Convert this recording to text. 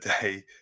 day